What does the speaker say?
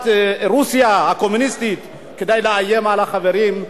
רוסיה הקומוניסטית כדי לאיים על החברים,